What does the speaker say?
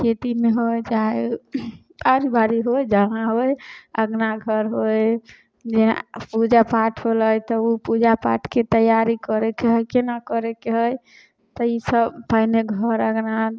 खेतीमे होइ चाहे आड़ी बाड़ी होइ जहाँ होइ अँगना घर होइ जहाँ पूजा पाठ होलै तऽ ओ पूजा पाठके तैआरी करैके हइ कोना करैके हइ तऽ ईसब पहिने घर अँगना